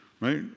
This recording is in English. right